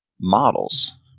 models